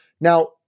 now